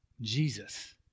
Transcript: Jesus